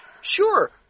sure